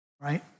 right